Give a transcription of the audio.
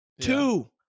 two